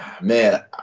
man